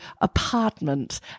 apartment